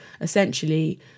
essentially